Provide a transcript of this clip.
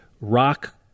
rock